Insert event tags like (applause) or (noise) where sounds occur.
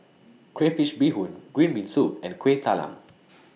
Crayfish Beehoon Green Bean Soup and Kuih Talam (noise)